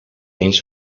eens